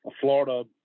Florida